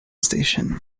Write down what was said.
station